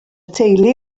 teulu